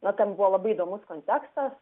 na ten buvo labai įdomus kontekstas